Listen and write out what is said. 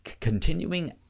continuing